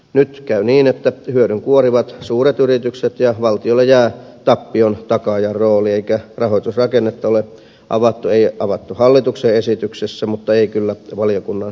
nyt käy niin että hyödyn kuorivat suuret yritykset ja valtiolle jää tappion takaajan rooli eikä rahoitusrakennetta ole avattu ei ole avattu hallituksen esityksessä mutta ei kyllä valiokunnan mietinnössäkään